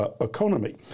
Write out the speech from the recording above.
economy